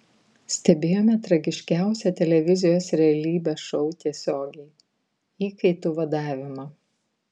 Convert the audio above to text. stebėjome tragiškiausią televizijos realybės šou tiesiogiai įkaitų vadavimą